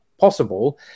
Possible